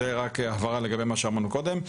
זו רק הבהרה לגבי מה שאמרנו קודם.